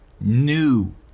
new